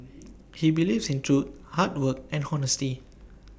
he believes in truth hard work and honesty